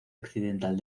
occidental